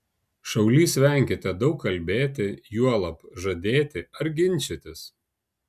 šaulys venkite daug kalbėti juolab žadėti ar ginčytis